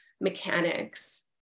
mechanics